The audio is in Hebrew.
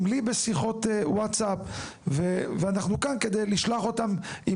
לי בשיחות WhatsApp ואנחנו כן כדי לשלוח אותם עם